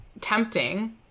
Tempting